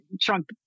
Trump